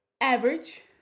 Average